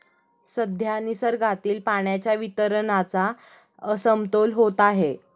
सध्या निसर्गातील पाण्याच्या वितरणाचा असमतोल होत आहे